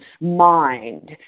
mind